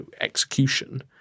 execution